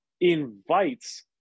invites